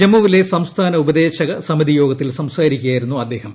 ജമ്മു വിലെ സംസ്ഥാന ഉപദേശക സമിതിയോഗത്തിൽ സംസാരിക്കുക യായിരുന്നു അദ്ദേഹം